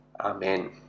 Amen